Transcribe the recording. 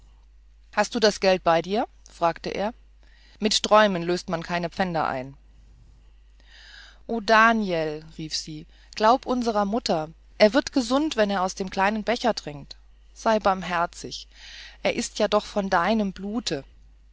hast du das geld bei dir fragte er mit träumen löst man keine pfänder ein o daniel rief sie glaub unserer mutter er wird gesund wenn er aus dem kleinen becher trinkt sei barmherzig er ist ja doch von deinem blut